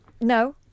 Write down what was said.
No